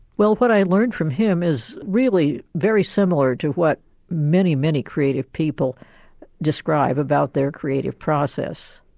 well what i learned from him is really very similar to what many, many creative people describe about their creative process.